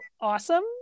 awesome